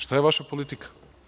Šta je vaša politika?